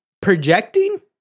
projecting